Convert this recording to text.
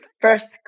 first